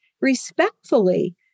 respectfully